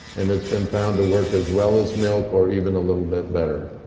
and it's been found to work as well as milk or even a little bit better.